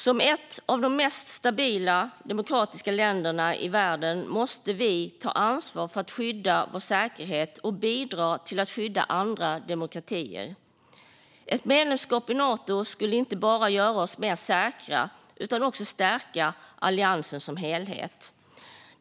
Som ett av de mest stabila och demokratiska länderna i världen måste vi ta ansvar för att skydda vår säkerhet och bidra till att skydda andra demokratier. Ett medlemskap i Nato skulle inte bara göra oss mer säkra utan också stärka alliansen som helhet.